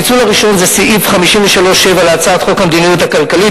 הפיצול הראשון הוא סעיף 53(7) להצעת חוק המדיניות הכלכלית,